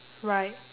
right